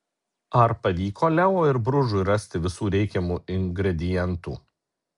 ar pavyko leo ir bružui rasti visų reikiamų ingredientų